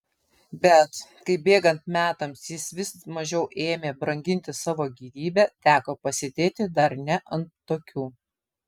bet kai bėgant metams jis vis mažiau ėmė branginti savo gyvybę teko pasėdėti dar ne ant tokių